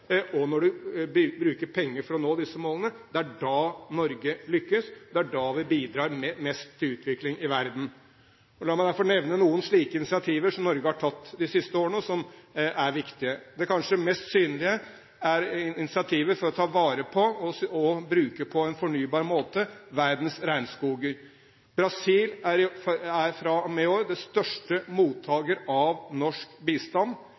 og når man bruker penger for å nå disse målene. Det er da Norge lykkes, det er da vi bidrar mest til utvikling i verden. La meg derfor nevne noen slike initiativ som Norge har tatt de siste årene, og som er viktige. Det kanskje mest synlige er initiativet for å ta vare på og bruke på en fornybar måte verdens regnskoger. Brasil er fra og med i år den største mottakeren av norsk bistand.